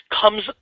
comes